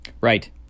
Right